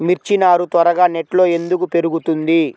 మిర్చి నారు త్వరగా నెట్లో ఎందుకు పెరుగుతుంది?